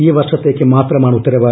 ഈ വർഷത്തേയ്ക്ക് മാത്രമാണ് ഉത്തരവ്